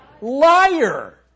liar